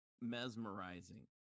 mesmerizing